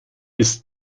ist